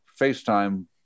FaceTime